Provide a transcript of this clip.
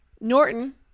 Norton